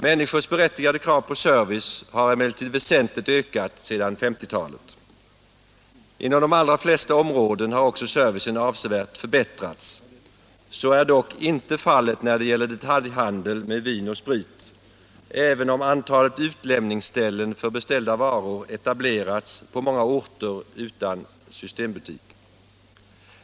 Människors berättigade krav på service har emellertid väsentligt ökat sedan 1950-talet. Inom de allra flesta områden har också servicen avsevärt förbättrats. Så är dock inte fallet när det gäller detaljhandel med vin och sprit, även om utlämningsställen för beställda varor etablerats på många orter utan systembutik.